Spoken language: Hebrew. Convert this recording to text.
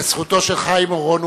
לזכותו של חיים אורון,